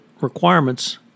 requirements